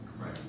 Right